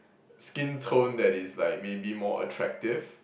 skintone that is like maybe more attractive